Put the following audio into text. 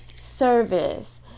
service